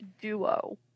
duo